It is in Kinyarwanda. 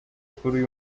kuri